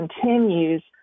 continues